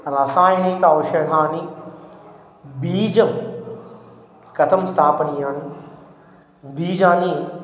रासायनिक औषधानि बीजं कथं स्थापनीयानि बीजानि